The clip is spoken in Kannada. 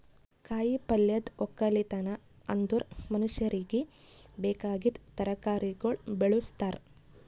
ಕಾಯಿ ಪಲ್ಯದ್ ಒಕ್ಕಲತನ ಅಂದುರ್ ಮನುಷ್ಯರಿಗಿ ಬೇಕಾಗಿದ್ ತರಕಾರಿಗೊಳ್ ಬೆಳುಸ್ತಾರ್